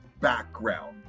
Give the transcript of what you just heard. background